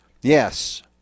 Yes